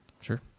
Sure